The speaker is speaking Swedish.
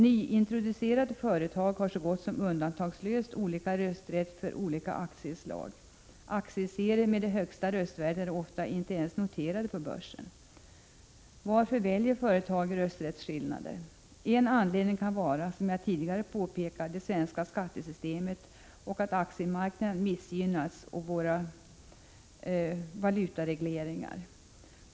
Nyintroducerade företag har så gott som undantagslöst olika rösträtt för olika aktieslag. Aktieserier med det högsta röstvärdet är ofta inte ens noterade på börsen. Varför väljer företag rösträttsskillnader? En anledning kan, som jag tidigare påpekat, vara det svenska skattesystemet, våra valutaregleringar samt att aktiemarknaden missgynnas.